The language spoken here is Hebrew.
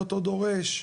לאותו דורש?